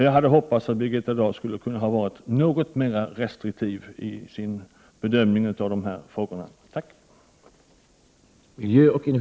Jag hade hoppats att Birgitta Dahl skulle ha varit något mera restriktiv i sin bedömning av dessa frågor.